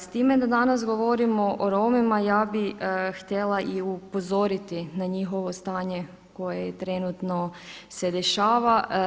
S time da danas govorimo o Romima ja bih htjela i upozoriti na njihovo stanje koje trenutno se dešava.